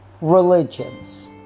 religions